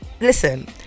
listen